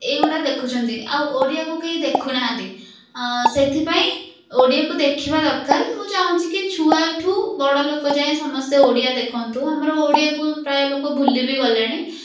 ଏଇଗୁଡ଼ା ଦେଖୁଛନ୍ତି ଆଉ ଓଡ଼ିଆକୁ କେହି ଦେଖୁନାହାନ୍ତି ସେଥିପାଇଁ ଓଡ଼ିଆକୁ ଦେଖିବା ଦରକାର ମୁଁ ଚାଁହୁଛି କି ଛୁଆଠୁ ବଡ଼ ଲୋକ ଯାଏଁ ସମସ୍ତେ ଓଡ଼ିଆ ଦେଖନ୍ତୁ ଆମର ଓଡ଼ିଆକୁ ପ୍ରାୟ ଲୋକ ଭୁଲି ବି ଗଲେଣି